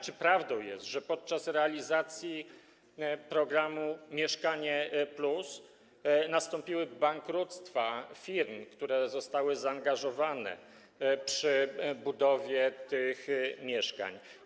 Czy prawdą jest, że podczas realizacji programu „Mieszkanie+” nastąpiły bankructwa firm, które zostały zaangażowane przy budowie tych mieszkań?